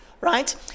right